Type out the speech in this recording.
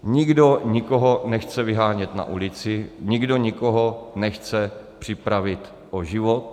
Nikdo nikoho nechce vyhánět na ulici, nikdo nikoho nechce připravit o život.